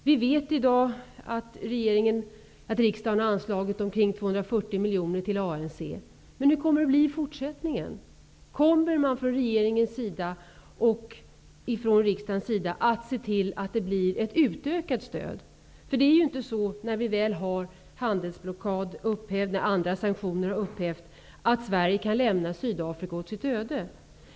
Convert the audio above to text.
Vi vet i dag att riksdagen har anslagit ca 240 miljoner kronor till ANC. Hur kommer det att bli i fortsättningen? Kommer man från regeringens och riksdagens sida se till att stödet utökas? När Sverige väl har upphävt handelsblockad och andra sanktioner kan vi inte lämna Sydafrika åt sitt öde.